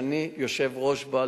שאני יושב-ראש בה,